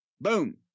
Boom